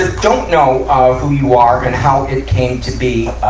don't know, ah, who you are and how it came to be, ah,